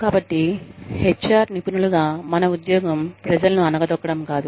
కాబట్టి హెచ్ఆర్ నిపుణులుగా మన ఉద్యోగం ప్రజలను అణగదొక్కడం కాదు